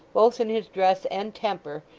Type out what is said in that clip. both in his dress and temper,